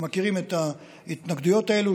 אתם מכירים את ההתנגדויות האלה,